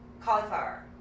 cauliflower